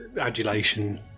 Adulation